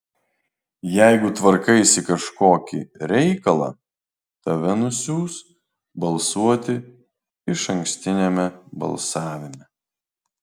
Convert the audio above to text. jeigu tvarkaisi kažkokį reikalą tave nusiųs balsuoti išankstiniame balsavime